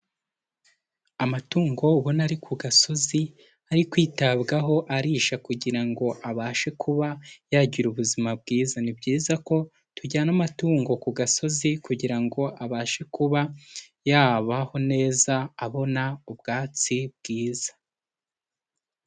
Amatungo ubona ari ku gasozi ari kwitabwaho arisha kugira ngo abashe kuba yagira ubuzima bwiza, ni byiza ko tujyana amatungo ku gasozi kugira ngo abashe kuba yabaho neza abona ubwatsi bwiza.